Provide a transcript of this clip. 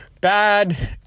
bad